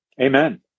Amen